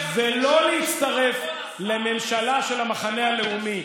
ולא להצטרף לממשלה של המחנה הלאומי,